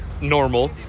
normal